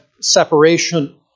separation